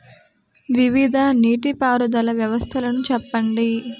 వివిధ నీటి పారుదల వ్యవస్థలను చెప్పండి?